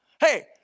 Hey